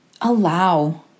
allow